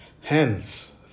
hence